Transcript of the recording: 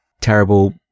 terrible